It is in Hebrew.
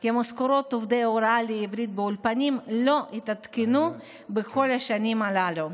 כי משכורות עובדי ההוראה לעברית באולפנים לא התעדכנו בכל השנים הללו.